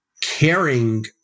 Caring